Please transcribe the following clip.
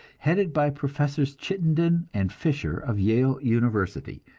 headed by professors chittenden and fisher of yale university.